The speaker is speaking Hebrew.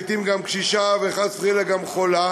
לעתים גם קשישה וחס וחלילה גם חולה,